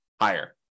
higher